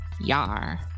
Yar